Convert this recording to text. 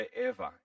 forever